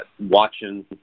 watching